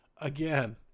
Again